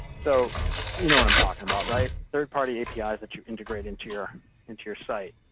so you know what i'm talking about, right? third-party apis that you integrate into your into your site.